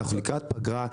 אנחנו לקראת פגרה,